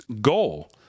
goal